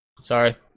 Sorry